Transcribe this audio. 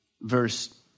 verse